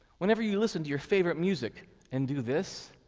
whenever you listen to your favorite music and do this,